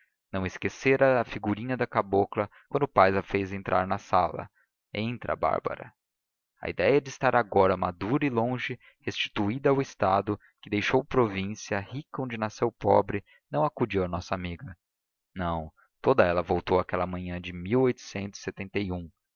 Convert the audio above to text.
não esquecera a figurinha da cabocla quando o pai a fez entrar na sala entra bárbara a ideia de estar agora madura e longe restituída ao estado que deixou província rica onde nasceu pobre não acudiu à nossa amiga não toda ela voltou àquela manhã de a